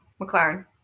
McLaren